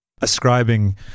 ascribing